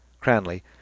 Cranley